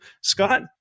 Scott